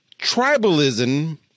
tribalism